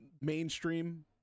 mainstream